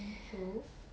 oh ya hmm